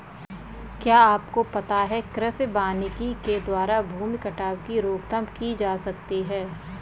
क्या आपको पता है कृषि वानिकी के द्वारा भूमि कटाव की रोकथाम की जा सकती है?